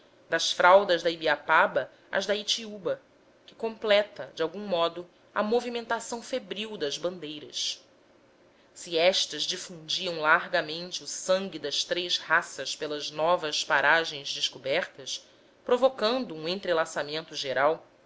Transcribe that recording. das fraldas da ibiapaba às da itiúba que completa de algum modo a movimentação febril das bandeiras se estas difundiam largamente o sangue das três raças pelas novas paragens descobertas provocando um entrelaçamento geral